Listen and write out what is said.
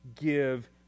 give